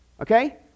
Okay